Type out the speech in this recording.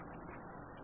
e1 e2 e3 e4